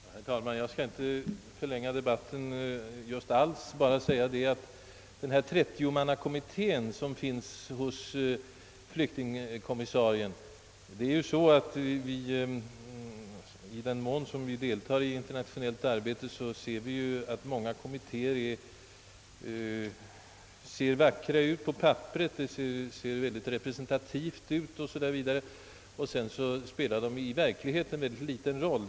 Herr talman! Jag skall inte förlänga debatten mycket. Jag vill bara ställa ytterligare en fråga beträffande den 30-mannakommitté som flyktingkommissarien har till sin hjälp. I den mån vi deltar i internationellt arbete har vi kunnat erfara att många kommittéer ser vackra och mycket representativa ut på papperet medan de i verkligheten spelar en mycket liten roll.